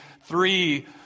three